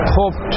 hope